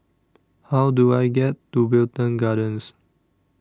How Do I get to Wilton Gardens